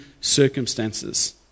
circumstances